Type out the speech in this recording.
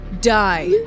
Die